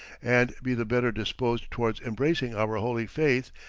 and be the better disposed towards embracing our holy faith,